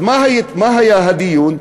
מה היה הדיון?